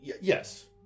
yes